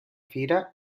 fira